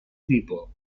tipo